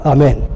Amen